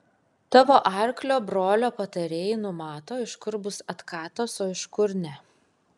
tavo arklio brolio patarėjai numato iš kur bus atkatas o iš kur ne